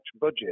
budget